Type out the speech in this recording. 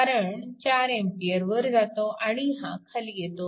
कारण 4A वर जातो आणि हा खाली येतो